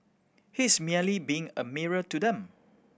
he's merely being a mirror to them